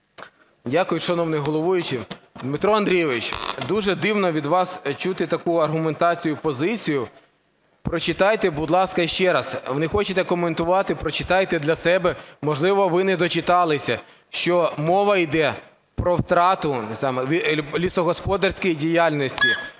Дякую, шановний головуючий. Дмитро Андрійович, дуже дивно від вас чути таку аргументацію і позицію. Прочитайте, будь ласка, ще раз, ви не хочете коментувати, прочитайте для себе. Можливо, ви не дочиталися, що мова йде про втрату саме лісогосподарської діяльності.